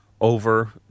over